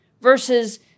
versus